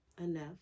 enough